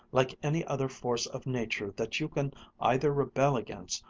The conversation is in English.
like any other force of nature that you can either rebel against,